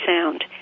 sound